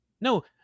No